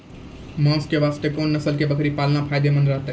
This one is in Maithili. मांस के वास्ते कोंन नस्ल के बकरी पालना फायदे मंद रहतै?